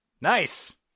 Nice